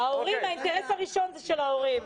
האינטרס הראשון זה של ההורים.